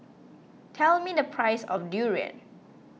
tell me the price of Durian